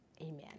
amen